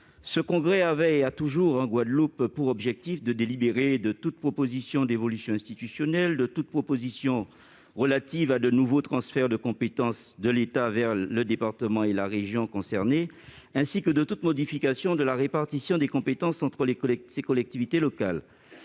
Ce congrès avait, et a toujours en Guadeloupe, pour objectif de délibérer de toute proposition d'évolution institutionnelle, de toute proposition relative à de nouveaux transferts de compétences de l'État vers le département et la région concernés, ainsi que de toute modification de la répartition des compétences entre ces collectivités locales.